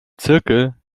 zirkel